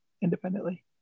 independently